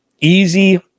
easy